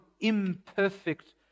imperfect